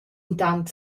intant